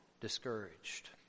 discouraged